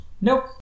nope